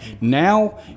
now